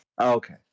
Okay